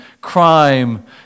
crime